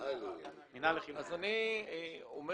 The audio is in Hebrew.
אומר